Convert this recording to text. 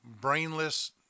brainless